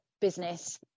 business